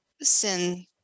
sin